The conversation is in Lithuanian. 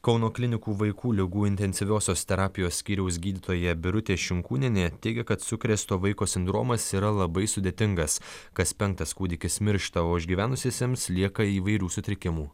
kauno klinikų vaikų ligų intensyviosios terapijos skyriaus gydytoja birutė šinkūnienė teigia kad sukrėsto vaiko sindromas yra labai sudėtingas kas penktas kūdikis miršta o išgyvenusiesiems lieka įvairių sutrikimų